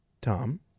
Tom